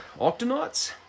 Octonauts